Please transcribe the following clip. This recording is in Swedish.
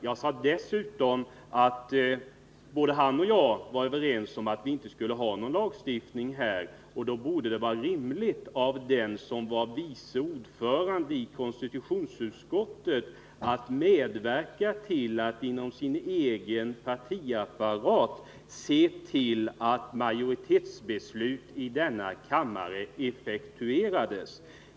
Jag sade dessutom att han och jag var överens om att vi inte bör ha någon lagstiftning på detta område och att det då borde vara rimligt att Hilding Johansson, som är vice ordförande i konstitutionsutskottet, medverkar till att man inom hans egen partiapparat följer majoritetsbeslut i denna kammare.